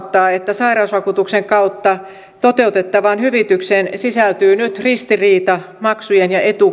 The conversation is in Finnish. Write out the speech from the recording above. sairausvakuutuksen kautta toteutettavaan hyvitykseen sisältyy nyt ristiriita maksujen ja